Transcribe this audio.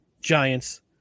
Giants